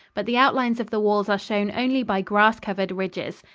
but the outlines of the walls are shown only by grass-covered ridges.